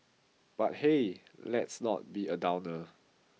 but hey let's not be a downer